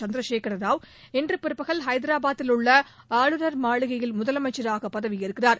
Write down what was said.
சந்திரசேகர ராவ் இன்று பிற்பகல் ஹைதராபாதில் உள்ள ஆளுநர் மாளிகையில் முதலமைச்சராக பதவியேற்கிறார்